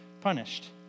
punished